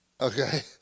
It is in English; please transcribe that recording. Okay